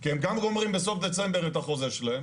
כי הם גם גומרים בסוף דצמבר את החוזה שלהם.